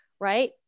right